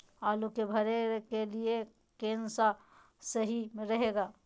आलू के भरे के लिए केन सा और सही रहेगा?